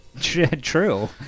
True